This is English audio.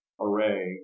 array